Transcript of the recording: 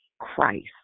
Christ